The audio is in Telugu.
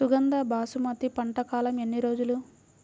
సుగంధ బాసుమతి పంట కాలం ఎన్ని రోజులు?